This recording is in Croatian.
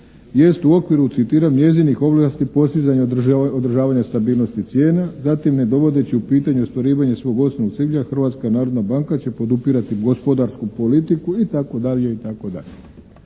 jest u okviru citiram njezinih ovlasti postizanje održavanja stabilnosti cijena. Zatim, ne dovodeći u pitanje ostvarivanje svog osnovnog cilja Hrvatska narodna banka će podupirati gospodarsku politiku itd. itd.